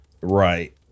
Right